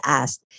asked